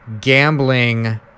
gambling